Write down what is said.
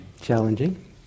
Challenging